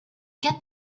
get